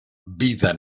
vida